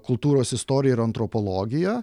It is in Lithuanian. kultūros istoriją ir antropologiją